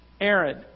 Aaron